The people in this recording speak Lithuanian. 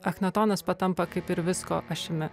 echnatonas patampa kaip ir visko ašimi